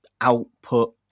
output